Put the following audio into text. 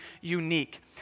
unique